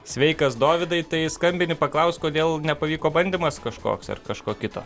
sveikas dovydai tai skambini paklaust kodėl nepavyko bandymas kažkoks ar kažko kito